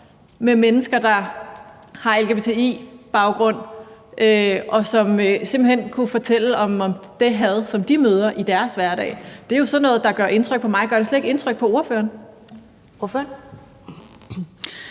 fra mennesker, der har lgbti-baggrund, og som simpelt hen kunne fortælle om det had, som de møder i deres hverdag. Det er jo sådan noget, der gør indtryk på mig. Gør det slet ikke indtryk på ordføreren?